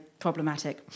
problematic